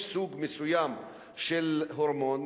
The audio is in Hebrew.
צריך סבסוד של הממשלה.